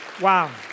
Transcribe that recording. wow